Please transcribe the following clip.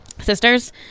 sisters